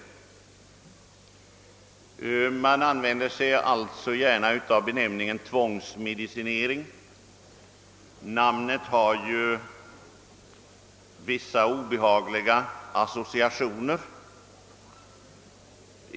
Man använder benämningen »tvångsmedicinering», ett uttryck som ger vissa obehagliga associationer.